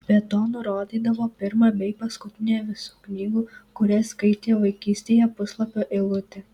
be to nurodydavo pirmą bei paskutinę visų knygų kurias skaitė vaikystėje puslapio eilutę